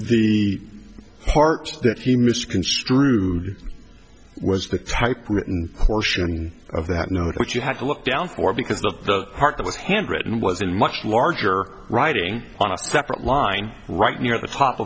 the part that he misconstrued was the typewritten portion of that note which you have to look down for because the heart that was handwritten was in much larger writing on a separate line right near the top